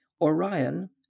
Orion